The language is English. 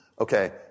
Okay